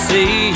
See